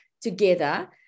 together